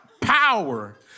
power